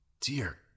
dear